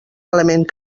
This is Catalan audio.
element